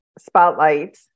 spotlight